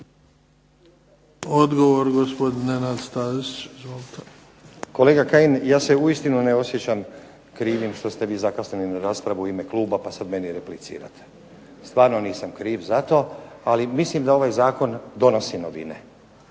Izvolite. **Stazić, Nenad (SDP)** Kolega Kajin, ja se uistinu ne osjećam krivim što ste vi zakasnili na raspravu u ime kluba pa sad meni replicirate. Stvarno nisam kriv za to, ali mislim da ovaj zakon donosi novine,